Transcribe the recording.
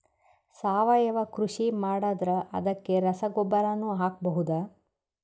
ಸಾವಯವ ಕೃಷಿ ಮಾಡದ್ರ ಅದಕ್ಕೆ ರಸಗೊಬ್ಬರನು ಹಾಕಬಹುದಾ?